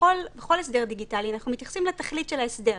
בכל הסדר דיגיטלי אנחנו מתייחסים לתכלית של ההסדר.